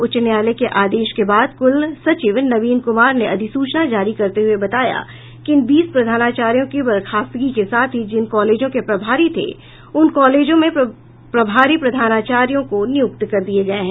उच्च न्यायालय के आदेश के बाद कुल सचिव नवीन कुमार ने अधिसूचना जारी करते हुए बताया कि इन बीस प्रधानाचार्यों के बर्खास्तगी के साथ ही जिन कॉलेजों के प्रभारी थे उन कॉलेजों में प्रभारी प्रधानाचार्य नियुक्त कर दिये गये हैं